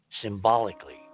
symbolically